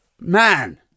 man